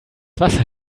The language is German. wasser